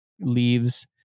leaves